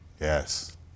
Yes